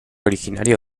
originario